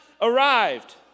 arrived